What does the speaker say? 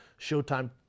Showtime